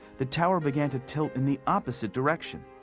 the tower began to tilt in the opposite direction.